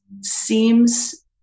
seems